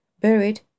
buried